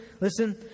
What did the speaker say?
listen